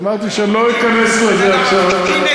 אמרתי שאני לא אכנס לזה עכשיו.